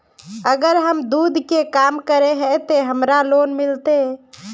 अगर हम दूध के काम करे है ते हमरा लोन मिलते?